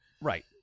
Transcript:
Right